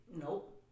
nope